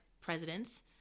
presidents